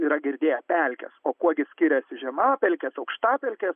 yra girdėję pelkės o kuo gi skiriasi žemapelkės aukštapelkės